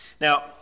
Now